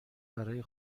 برای